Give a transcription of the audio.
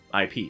IP